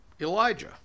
Elijah